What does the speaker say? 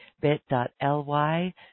bit.ly